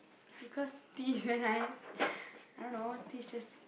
because tea nice I don't know tea is just